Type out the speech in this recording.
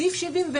סעיף 74: